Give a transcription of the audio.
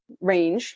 range